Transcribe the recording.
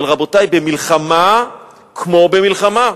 אבל, רבותי, במלחמה כמו במלחמה.